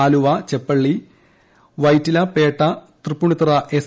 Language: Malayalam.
ആലുവ ചെപ്പള്ളി വൈറ്റില പേട്ട തൃപ്പുണ്ണിത്തറ എസ്